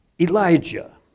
Elijah